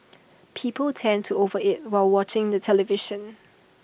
people tend to over eat while watching the television